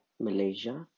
Malaysia